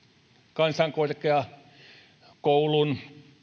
kansankorkeakoulun